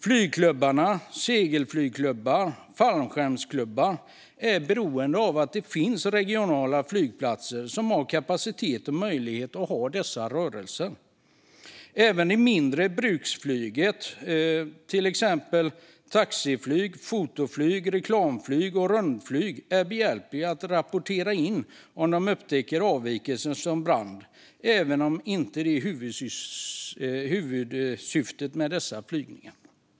Flygklubbar, segelflygklubbar och fallskärmsklubbar är beroende av att det finns regionala flygplatser som har kapacitet för sådan verksamhet. Även det mindre bruksflyget, till exempel taxiflyg, fotoflyg, reklamflyg och rundflyg, är behjälpligt med att rapportera in om avvikelser som brand upptäcks - även om det inte är huvudsyftet med de flygningarna.